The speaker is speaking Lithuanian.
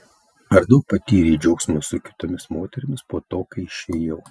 ar daug patyrei džiaugsmo su kitomis moterimis po to kai išėjau